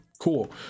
Cool